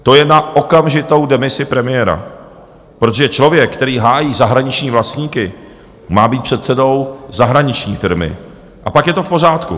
To je na okamžitou demisi premiéra, protože člověk, který hájí zahraniční vlastníky, má být předsedou zahraniční firmy a pak je to v pořádku.